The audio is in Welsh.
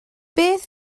beth